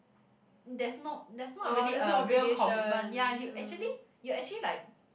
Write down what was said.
there's no there's not really a real commitment ya you actually you actually like